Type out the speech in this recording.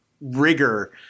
rigor